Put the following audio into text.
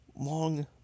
long